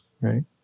right